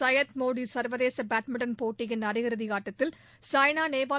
சையத் மோடி சர்வதேச பேட்மிண்டன் போட்டியின் அரை இறதி ஆட்டத்தில் சாய்னா நேவால்